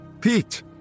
Pete